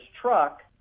truck